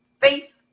faith